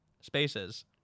spaces